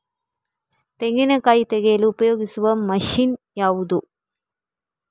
ತೆಂಗಿನಕಾಯಿ ತೆಗೆಯಲು ಉಪಯೋಗಿಸುವ ಮಷೀನ್ ಯಾವುದು?